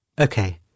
Okay